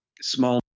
small